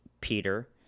Peter